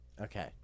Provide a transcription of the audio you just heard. Okay